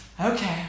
Okay